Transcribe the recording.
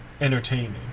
entertaining